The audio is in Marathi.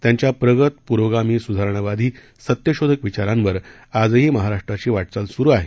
त्यांच्या प्रगत पुरोगामी सुधारणावादी सत्यशोधक विचारांवर आजही महाराष्ट्राची वाटचाल सुरु आहे